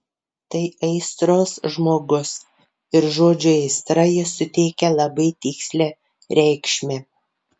tai aistros žmogus ir žodžiui aistra jis suteikia labai tikslią reikšmę